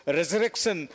resurrection